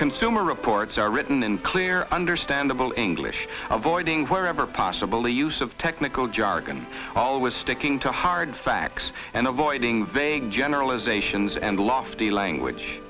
consumer reports are written in clear understandable english avoiding wherever possible use of technical jargon always sticking to hard facts and avoiding vague generalizations and lofty language